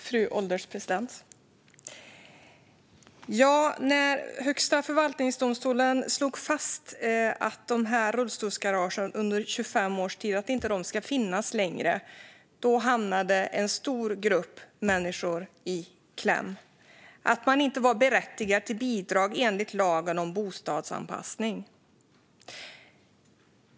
Fru ålderspresident! När Högsta förvaltningsdomstolen slog fast att rullstolsgaragen efter 25 års tid inte längre ska finnas hamnade en stor grupp människor i kläm eftersom de inte var berättigade till bidrag enligt lagen om bostadsanpassning.